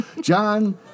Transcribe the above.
John